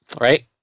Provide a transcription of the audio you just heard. Right